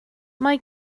mae